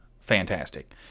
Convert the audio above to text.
fantastic